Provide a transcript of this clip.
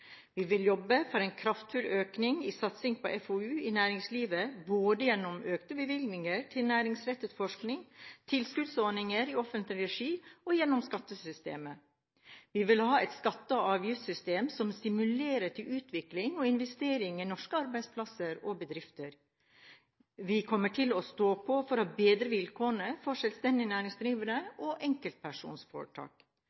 Vi vil jobbe for en kraftfull økning i satsing på FoU i næringslivet, både gjennom økte bevilgninger til næringsrettet forskning og tilskuddsordninger i offentlig regi og gjennom skattesystemet. Vi vil ha et skatte- og avgiftssystem som stimulerer til utvikling av og investering i norske arbeidsplasser og bedrifter. Vi kommer til å stå på for å bedre vilkårene for selvstendig